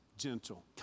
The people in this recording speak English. gentle